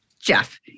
Jeff